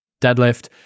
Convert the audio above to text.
deadlift